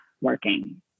working